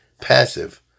passive